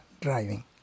driving